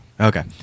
Okay